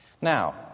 Now